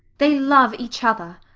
they love each other.